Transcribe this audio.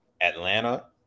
Atlanta